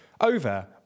over